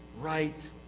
right